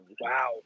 Wow